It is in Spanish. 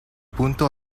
punto